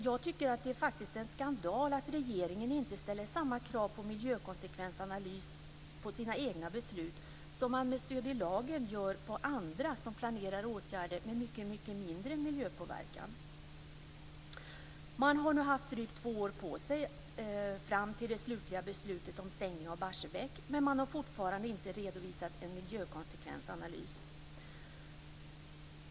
Jag tycker faktiskt att det är en skandal att regeringen inte ställer samma krav på miljökonsekvensanalys när det gäller sina egna beslut som man med stöd av lagen gör när det gäller andra som planerar åtgärder med mycket mindre miljöpåverkan. Man har nu haft drygt två år på sig fram till det slutliga beslutet om en stängning av Barsebäck, men man har fortfarande inte redovisat en miljökonsekvensanalys.